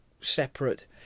separate